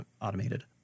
automated